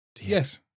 Yes